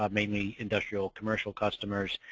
um mainly industrial commercial customers,